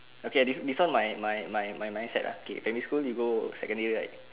okay this this one my my my my my mindset uh okay primary school you go secondary right